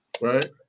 right